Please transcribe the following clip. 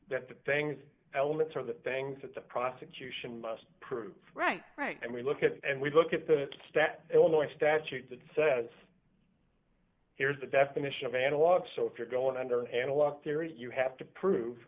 that the things elements are the things that the prosecution must prove right right and we look at it and we look at the illinois statute that says here's the definition of analog so if you're going under an analog theory you have to prove